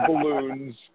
balloons